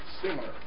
similar